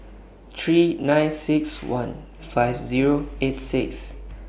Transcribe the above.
three nine six one five Zero eight six